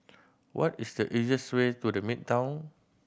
what is the easiest way to The Midtown